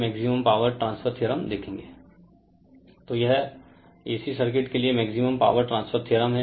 Refer Slide Time 2054 तो यह AC circuit के लिए मैक्सिमम पावर ट्रांसफर थ्योरम है